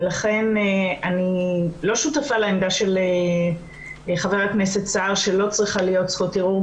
ולכן אני לא שותפה לעמדה של חבר הכנסת סער שלא צריכה להיות זכות ערעור.